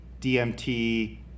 DMT